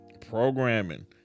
Programming